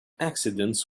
accidents